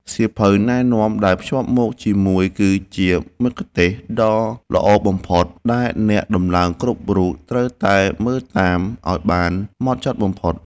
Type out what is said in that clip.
សៀវភៅណែនាំដែលភ្ជាប់មកជាមួយគឺជាមគ្គុទ្ទេសក៍ដ៏ល្អបំផុតដែលអ្នកដំឡើងគ្រប់រូបត្រូវតែមើលតាមឱ្យបានហ្មត់ចត់បំផុត។